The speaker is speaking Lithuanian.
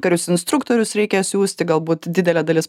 karius instruktorius reikia siųsti galbūt didelė dalis